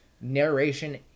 narration